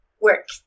work